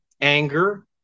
anger